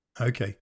Okay